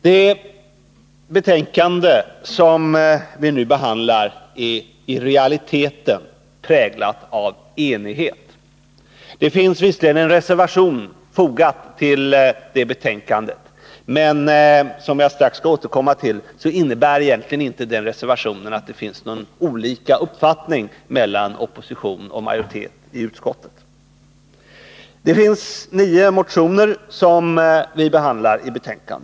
Det betänkande som vi nu behandlar är i realiteten präglat av enighet. Det finns visserligen en reservation fogad till det, men den reservationen — som jag strax skall återkomma till — innebär egentligen inte att det finns några olika uppfattningar mellan opposition och majoritet i utskottet. I betänkandet behandlas nio motioner.